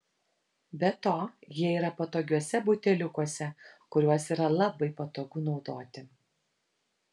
be to jie yra patogiuose buteliukuose kuriuos yra labai patogu naudoti